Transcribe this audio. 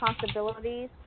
possibilities